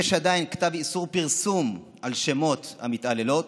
יש עדיין צו איסור פרסום על שמות המתעללות,